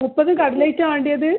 മുപ്പതും കട്ലറ്റ് ആണോ വേണ്ടത്